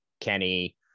Kenny